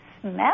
Smell